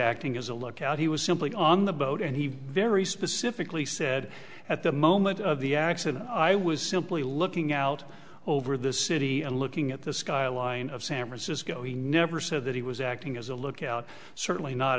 acting as a lookout he was simply on the boat and he very specifically said at the moment of the accident i was simply looking out over the city and looking at the skyline of san francisco he never said that he was acting as a lookout certainly not